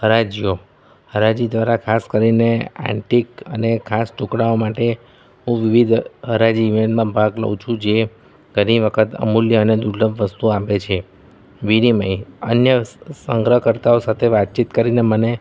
હરાજીઓ હરાજી દ્વારા ખાસ કરીને એન્ટિક અને ખાસ ટુકડાઓ માટે હું વિવિધ હરાજી ઈવેન્ટમાં ભાગ લઉં છું જે ઘણી વખત અમૂલ્ય અને દુર્લભ વસ્તુઓ આપે છે વિનિમય અન્ય સંગ્રહકર્તાઓ સાથે વાતચીત કરીને મને